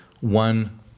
one